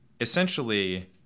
Essentially